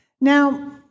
Now